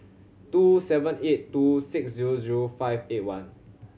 two seven eight two six zero zero five eight one